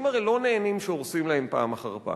אנשים הרי לא נהנים שהורסים להם פעם אחר פעם.